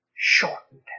shortened